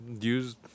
use